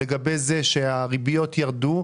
לגבי זה שהריביות ירדו.